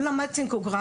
הוא למד צינקוגרפיה,